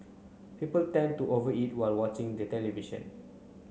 people tend to over eat while watching the television